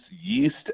yeast